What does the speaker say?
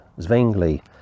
Zwingli